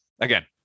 again